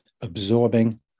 absorbing